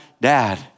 dad